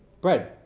Bread